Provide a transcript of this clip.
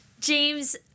James